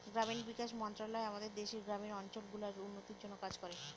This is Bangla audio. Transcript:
গ্রামীণ বিকাশ মন্ত্রণালয় আমাদের দেশের গ্রামীণ অঞ্চল গুলার উন্নতির জন্যে কাজ করে